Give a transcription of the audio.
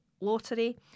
lottery